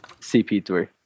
CP3